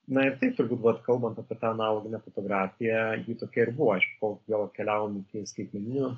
na ir taip turbūt vat kalbant apie tą analoginę fotografiją ji tokia ir buvo aišku kol jo keliavom iki skaitmeninio